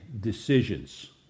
decisions